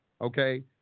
Okay